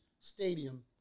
stadium